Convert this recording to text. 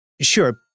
Sure